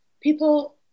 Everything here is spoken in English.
people